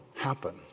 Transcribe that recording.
Happen